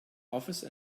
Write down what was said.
office